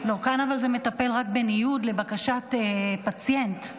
--- לא, כאן זה מטפל רק בניוד לבקשת פציינט.